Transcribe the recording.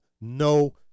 no